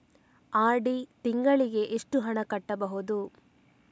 RD ತಿಂಗಳಿಗೆ ಎಷ್ಟು ಹಣ ಕಟ್ಟಬಹುದು?